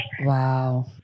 wow